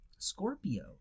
scorpio